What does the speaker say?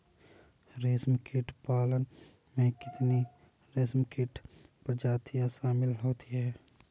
रेशमकीट पालन में कितनी रेशमकीट प्रजातियां शामिल होती हैं?